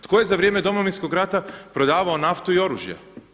Tko je za vrijeme Domovinskog rata prodavao naftu i oružje?